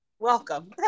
Welcome